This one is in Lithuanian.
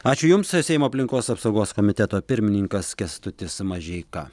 ačiū jums seimo aplinkos apsaugos komiteto pirmininkas kęstutis mažeika